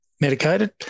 medicated